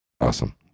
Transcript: awesome